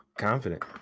Confident